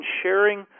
sharing